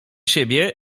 siebie